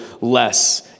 less